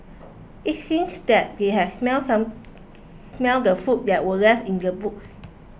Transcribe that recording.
it seemed that they had smelt some smelt the food that were left in the boot